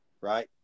right